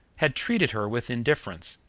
had treated her with indifference.